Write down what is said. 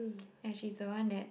ya she's the one that